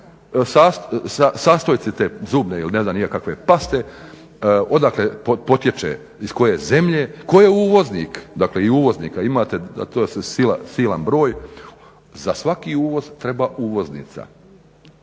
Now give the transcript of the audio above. sastojci te zubne ili ne znam ni ja kakve paste odakle potječe, iz koje zemlje, tko je uvoznik, dakle i uvoznika imate silan broj. Za svaki uvoz treba uvoznica,